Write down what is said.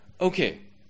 Okay